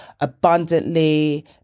abundantly